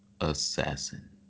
Assassin